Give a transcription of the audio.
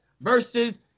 versus